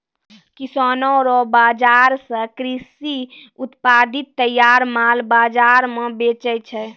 किसानो रो बाजार से कृषि से उत्पादित तैयार माल बाजार मे बेचै छै